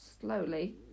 Slowly